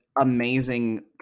amazing